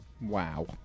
Wow